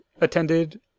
attended